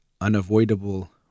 unavoidable